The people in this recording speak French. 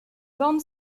bande